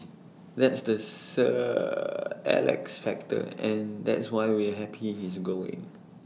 that's the sir Alex factor and that's why we're happy he's going